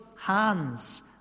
hands